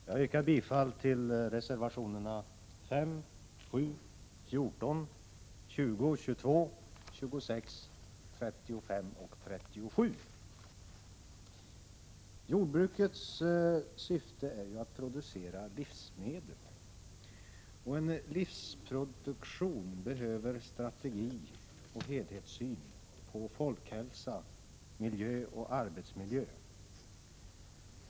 Fru talman! Jag yrkar bifall till reservationerna 5, 7, 14, 20, 22, 26, 35 och 37. Jordbrukets syfte är att producera livsmedel. För produktionen av livsmedel behövs en strategi och en helhetssyn på folkhälsan, miljön och arbetsmiljön.